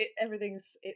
everything's